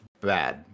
bad